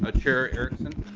but chair erickson?